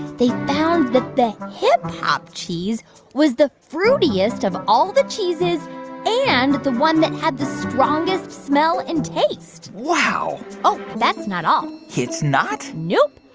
they found that the hip-hop cheese was the fruitiest of all the cheeses and the one that had the strongest smell and taste wow oh, that's not all it's not? nope.